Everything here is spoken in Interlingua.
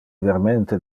vermente